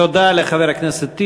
תודה לחבר הכנסת טיבי.